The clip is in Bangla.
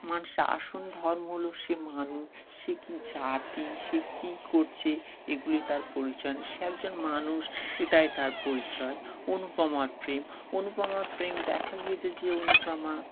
মানুষের আসল ধর্ম হলো সে মানুষ সে কী জাতি সে কী করছে এগুলি তার পরিচয় সে একজন মানুষ এটাই তার পরিচয় অনুপমার প্রেম অনুপমার প্রেম দেখা গিয়েছে যে অনুপমা